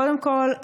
קודם כול,